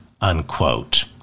Unquote